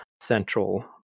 central